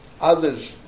Others